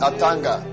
Atanga